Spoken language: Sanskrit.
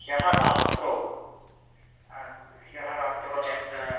ह्यः रात्रौ ह्यः रात्रौ चेत्